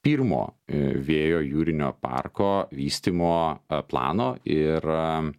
pirmo vėjo jūrinio parko vystymo plano ir